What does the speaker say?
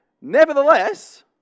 Nevertheless